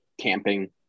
Camping